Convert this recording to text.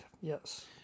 yes